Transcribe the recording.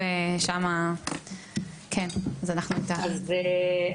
ושלא יבלבלו לנו את המוח על איזון